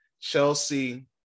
Chelsea